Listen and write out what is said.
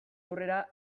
aurrera